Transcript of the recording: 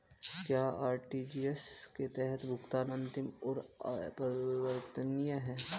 क्या आर.टी.जी.एस के तहत भुगतान अंतिम और अपरिवर्तनीय है?